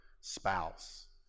spouse